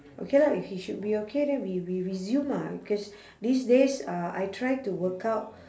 okay lah if he should be okay then we we resume ah cause these days uh I try to work out